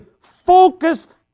focused